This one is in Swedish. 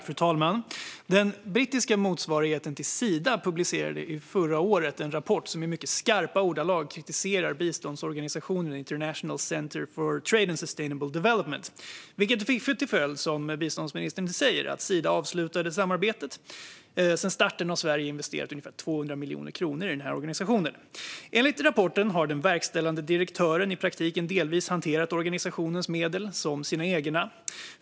Fru talman! Den brittiska motsvarigheten till Sida publicerade förra året en rapport som i mycket skarpa ordalag kritiserar biståndsorganisationen International Centre for Trade and Sustainable Development, vilket som biståndsministern säger fick till följd att Sida avslutade samarbetet. Sedan starten har Sverige investerat ungefär 200 miljoner kronor i den här organisationen. Enligt rapporten har den verkställande direktören i praktiken delvis hanterat organisationens medel som sina egna.